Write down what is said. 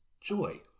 joy